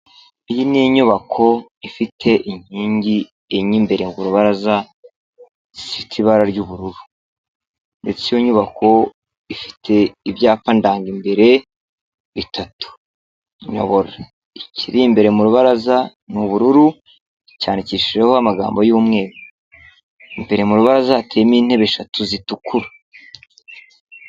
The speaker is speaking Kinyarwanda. Iyi ni inyubako ifite inkingi enye imbere ku rubaraza, zifitebibara ry'ubururu ndetse iyo nyubako ifite ibyapa ndanga imbere bitatu nyobora. Ikiri imbere mu rubaraza ni ubururu cyandikishijeho amagambo y'umweru, imbere mu rubaraza hateyemo intebe eshatu zitukura.